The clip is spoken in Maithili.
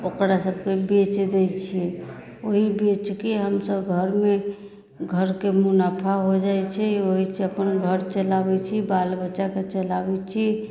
ओकरा सभके बेच दैत छियै ओही बेचके हमसभ घरमे घरके मुनाफा हो जाइत छै ओहिसँ अपन घर चलाबैत छी बाल बच्चाके चलाबैत छी